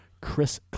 Chris